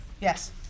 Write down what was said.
yes